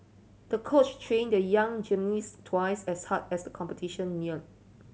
the coach trained the young gymnast twice as hard as the competition neared